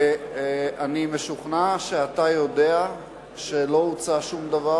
אני משוכנע שאתה יודע שלא הוצע שום דבר